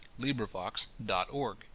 LibriVox.org